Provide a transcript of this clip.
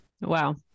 Wow